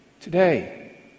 Today